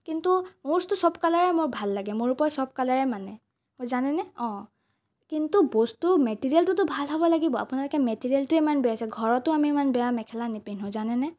কিন্তু মোৰতো সব কালাৰেই মোৰ ভাল লাগে মোৰ ওপৰত সব কালাৰেই মানে জানেনে অঁ কিন্তু বস্তু মেটেৰিয়েলটোতো ভাল হ'ব লাগিব আপোনালোকে মেটেৰিয়েলটোৱে ইমান বেয়া দিছে ঘৰতো আমি ইমান বেয়া মেখেলা নিপিন্ধোঁ জানেনে